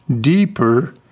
deeper